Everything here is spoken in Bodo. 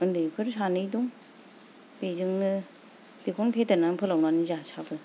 उन्दैफोर सानै दं बेजोंनो बेखौनो फेदेरनानै फोलावनानै जासाबो